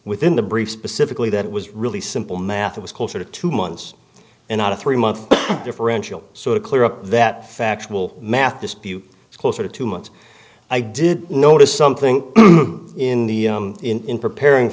within the briefs specifically that it was really simple math was closer to two months and not a three month differential so to clear up that factual math dispute it's closer to two months i did notice something in the in preparing